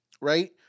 Right